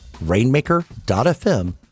Rainmaker.fm